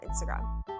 Instagram